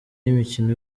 y’imikino